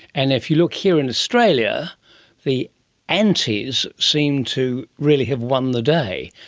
and if you look here in australia the antis seem to really have won the day.